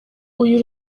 uyu